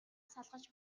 салгаж